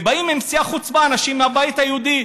באים עם שיא החוצפה אנשים מהבית היהודי,